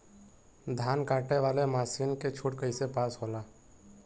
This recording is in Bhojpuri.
धान कांटेवाली मासिन के छूट कईसे पास होला?